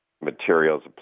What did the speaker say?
materials